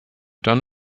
done